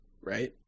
right